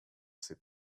sais